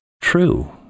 true